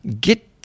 get